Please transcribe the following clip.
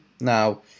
now